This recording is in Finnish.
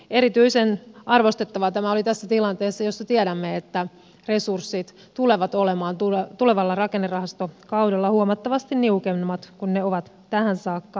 erityisen arvostettavaa tämä oli tässä tilanteessa jossa tiedämme että resurssit tulevat olemaan tulevalla rakennerahastokaudella huomattavasti niukemmat kuin ne ovat tähän saakka olleet